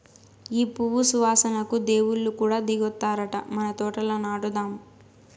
ఈ పువ్వు సువాసనకు దేవుళ్ళు కూడా దిగొత్తారట మన తోటల నాటుదాం